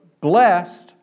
blessed